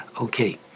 Okay